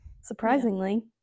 surprisingly